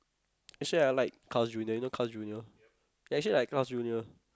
actually I like Carls-Junior you know Carls-Junior ya actually I like Carls-Junior